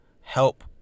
help